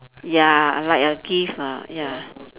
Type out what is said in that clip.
ya like a gift ah ya